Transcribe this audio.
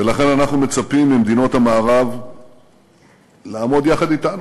ולכן אנחנו מצפים ממדינות המערב לעמוד יחד אתנו.